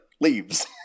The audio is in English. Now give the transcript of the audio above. leaves